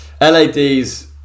LADs